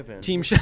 team